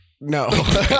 No